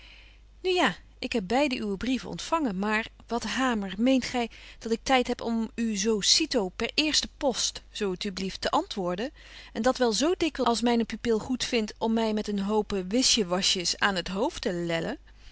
ja ik heb beide uwe brieven ontfangen maar wat hamer meent gy dat ik tyd heb om u zo cito per eerste post zo t u blieft te antwoorden en dat wel zo dikwyls als myne pupil goedvindt om my met een hoope wisjewasjes aan t hoofd